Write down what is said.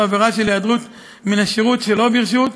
עבירה של היעדרות מן השירות שלא ברשות,